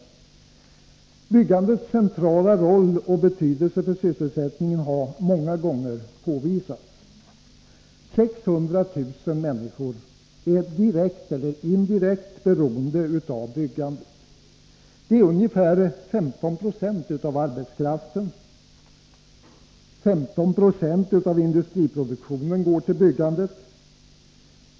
Byggandets centrala roll och betydelse för sysselsättningen har många gånger påvisats. 600 000 människor är direkt eller indirekt beroende av byggandet. Det är ungefär 15 96 av arbetskraften. 15 90 av industriproduktionen går till byggandet.